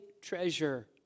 treasure